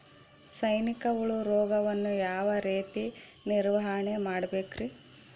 ಸೈನಿಕ ಹುಳು ರೋಗವನ್ನು ಯಾವ ರೇತಿ ನಿರ್ವಹಣೆ ಮಾಡಬೇಕ್ರಿ?